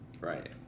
right